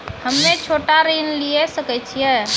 हम्मे छोटा ऋण लिये सकय छियै?